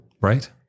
right